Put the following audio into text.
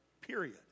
period